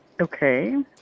Okay